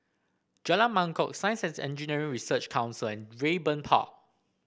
Jalan Mangkok Science And Engineering Research Council and Raeburn Park